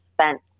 spent